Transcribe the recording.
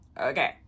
Okay